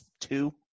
two